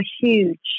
huge